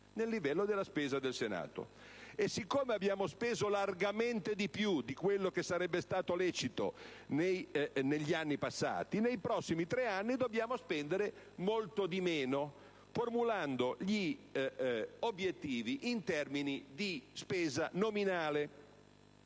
reale di questi ultimi dieci anni. Siccome abbiamo speso largamente di più di quello che sarebbe stato lecito negli anni passati, nei prossimi tre anni dobbiamo spendere molto di meno, formulando gli obiettivi in termini di spesa nominale.